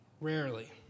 Rarely